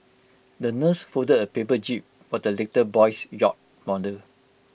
the nurse folded A paper jib for the little boy's yacht model